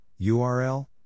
URL